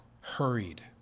hurried